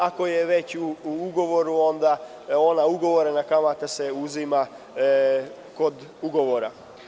Ako je već u ugovoru, onda se ugovorena kamata uzima kod ugovora.